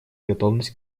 готовность